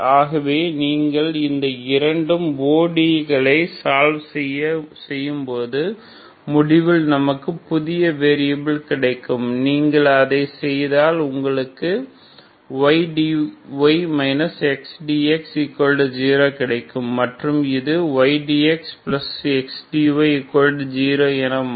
ஆகவே நீங்கள் இந்த இரண்டு ODE களை சால்வ் செய்யும் போது முடிவில் நமக்கு புதிய வேரி யாபில்கள் கிடைக்கும் நீங்கள் அதை செய்தால் உங்களுக்கு ydy xdx0 கிடைக்கும் மற்றும் இது ydyxdx0என மாறும்